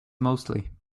mostly